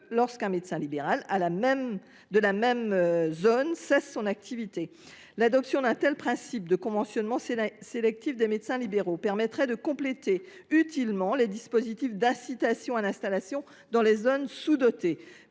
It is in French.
lorsqu’un autre de la même zone cesse son activité. L’adoption d’un tel principe de conventionnement sélectif des médecins libéraux permettrait de compléter utilement les dispositifs d’incitation à l’installation dans les zones sous dotées.